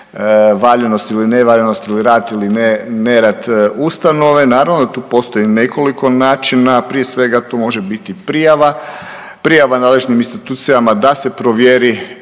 valjanost ili nevaljanost ili rad ili nerad ustanove naravno da tu postoji nekoliko načina, a prije svega tu može biti prijava, prijava nadležnim institucijama da se provjeri